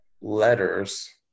letters